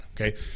okay